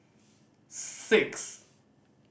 six